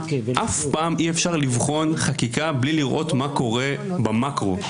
אף פעם אי-אפשר לבחון חקיקה בלי לראות מה קורה במקרו.